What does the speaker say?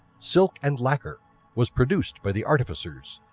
silk and lacquer was produced by the artificers,